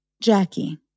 Jackie